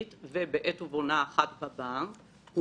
בבנק הבינלאומי תמיד מתקיים הכלל.